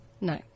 No